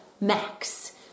max